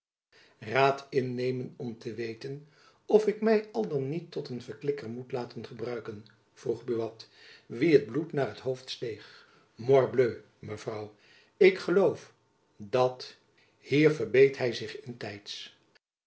raad innemen om te weten of ik mij al dan niet tot een verklikker moet laten gebruiken vroeg buat wien het bloed naar t hoofd sloeg morbleu mevrouw ik geloof dat hier verbeet hy zich in tijds